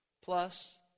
plus